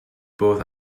both